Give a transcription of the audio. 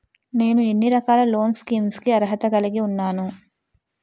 నేను ఎన్ని రకాల లోన్ స్కీమ్స్ కి అర్హత కలిగి ఉన్నాను?